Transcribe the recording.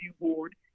board